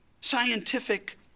scientific